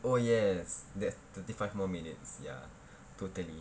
oh yes that thirty five more minutes ya totally